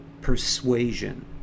persuasion